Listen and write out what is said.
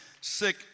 sick